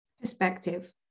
Perspective